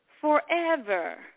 forever